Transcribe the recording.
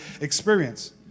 experience